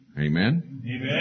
Amen